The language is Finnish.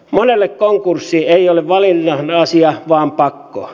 monelle konkurssi ei ole valinnan asia vaan pakko